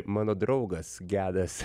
mano draugas gedas